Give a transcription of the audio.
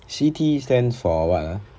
C_T stands for one ah